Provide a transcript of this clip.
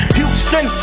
Houston